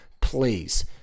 please